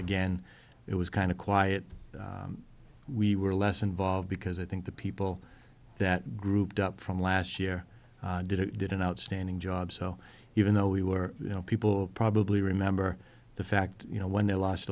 again it was kind of quiet we were less involved because i think the people that grouped up from last year did it did an outstanding job so even though we were you know people probably remember the fact you know when they lost